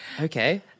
Okay